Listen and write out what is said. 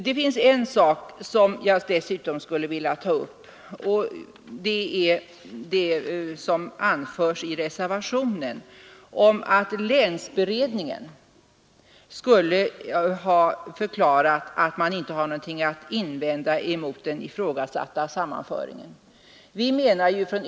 Det finns en sak som jag dessutom skulle vilja ta upp, och det är vad som anförs i reservationen om att länsberedningen skulle ha förklarat att man inte har något att invända mot den ifrågasatta sammanläggningen.